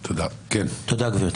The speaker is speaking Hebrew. תודה, גברתי.